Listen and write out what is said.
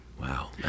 Wow